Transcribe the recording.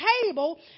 table